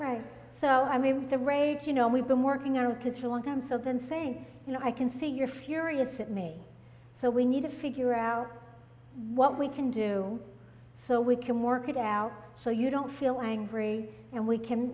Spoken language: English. right so i mean the rage you know we've been working on kids for a long time so then saying you know i can see you're furious at me so we need to figure out what we can do so we can work it out so you don't feel angry and we can